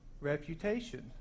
reputation